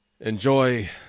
Enjoy